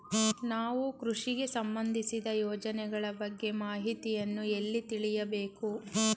ನಾವು ಕೃಷಿಗೆ ಸಂಬಂದಿಸಿದ ಯೋಜನೆಗಳ ಬಗ್ಗೆ ಮಾಹಿತಿಯನ್ನು ಎಲ್ಲಿ ತಿಳಿಯಬೇಕು?